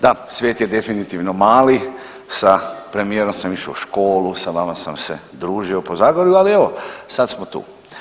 Da, svijet je definitivno mali, sa premijerom sa išao u školu, sa vama sam se družio po Zagorju, ali evo, sad smo tu.